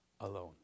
alone